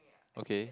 okay